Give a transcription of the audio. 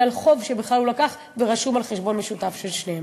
בגלל חוב שבכלל הוא לקח ורשום על חשבון משותף לשניהם.